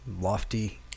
lofty